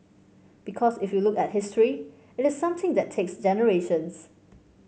because if you look at history it is something that takes generations